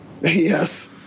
Yes